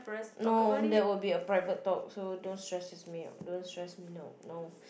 no that would be a private talk so don't stresses me out don't stress me now no